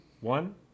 one